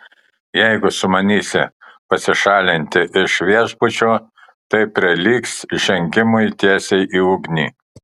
jeigu sumanysi pasišalinti iš viešbučio tai prilygs žengimui tiesiai į ugnį